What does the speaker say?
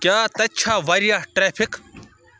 کیٛاہ تتہِ چھَا واریٛاہ ٹریفک